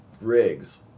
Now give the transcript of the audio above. rigs